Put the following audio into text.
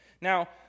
Now